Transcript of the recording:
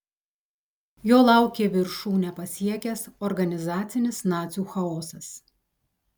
jo laukė viršūnę pasiekęs organizacinis nacių chaosas